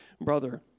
brother